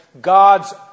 God's